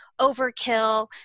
overkill